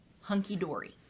hunky-dory